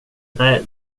nej